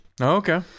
okay